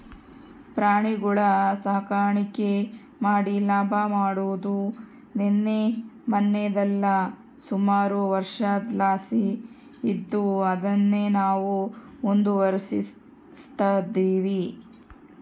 ಪ್ರಾಣಿಗುಳ ಸಾಕಾಣಿಕೆ ಮಾಡಿ ಲಾಭ ಮಾಡಾದು ನಿನ್ನೆ ಮನ್ನೆದಲ್ಲ, ಸುಮಾರು ವರ್ಷುದ್ಲಾಸಿ ಇದ್ದು ಅದುನ್ನೇ ನಾವು ಮುಂದುವರಿಸ್ತದಿವಿ